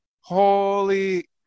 holy